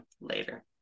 later